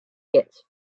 gets